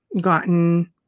gotten